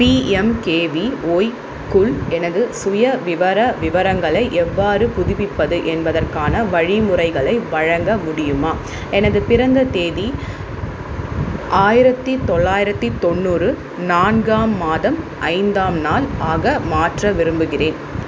பிஎம்கேவிஓய்க்குள் எனது சுய விவரம் விவரங்களை எவ்வாறு புதுப்பிப்பது என்பதற்கான வழிமுறைகளை வழங்க முடியுமா எனது பிறந்த தேதி ஆயிரத்தி தொள்ளாயிரத்தி தொண்ணூறு நான்காம் மாதம் ஐந்தாம் நாள் ஆக மாற்ற விரும்புகிறேன்